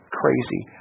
crazy